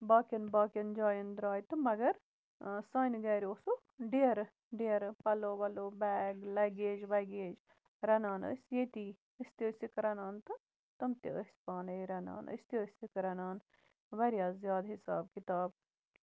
باقین باقین جاین دراے تہٕ مَگر سانہِ گرِ اوسُکھ ڈیرٕ ڈیرٕ پَلو وَلو بیگ لَگیج وَگیج رَنان ٲسۍ ییتی أسۍ تہِ ٲسِکھ رَنان تہٕ تِم تہِ ٲسۍ پانَے رَنان أسۍ تہِ ٲسِکھ رَنان واریاہ زیادٕ حِساب کِتاب